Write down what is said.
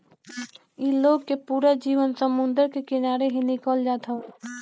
इ लोग के पूरा जीवन समुंदर के किनारे ही निकल जात हवे